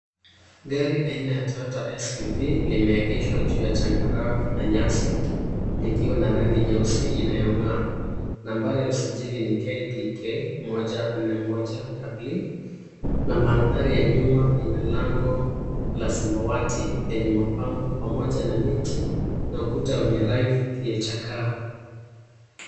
Gari aina ya Toyota SUV limeegeshwa juu ya changarawe na nyasi likiwa na rangi nyeusi inayong'aa. Nambari ya usajili ni KDK 141W na mandhari ya nyuma ina lango la samawati lenye mapambo pamoja na miti na ukuta wenye rangi iliyochakaa.